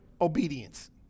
Obedience